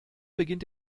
beginnt